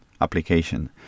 application